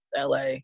LA